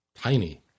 tiny